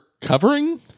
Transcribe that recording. covering